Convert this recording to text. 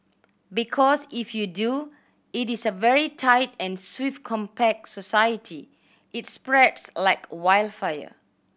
because if you do it is a very tight and swift compact society it spreads like wild fire